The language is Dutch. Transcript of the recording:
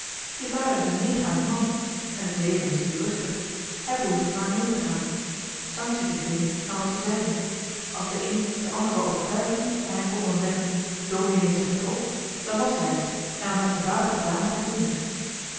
je vader is een meegaand man en het leven is hier rustig hij behoefde maar mee te gaan sanctie te geven aan wat zij zeiden als de een den ander wou overtuigen en hij kon dan zeggen dominee zegt het ook dan was hij er en dan had je vader gedaan wat hij doen moest